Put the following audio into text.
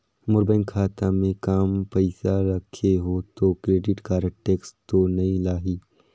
मोर bank खाता मे काम पइसा रखे हो तो क्रेडिट कारड टेक्स तो नइ लाही???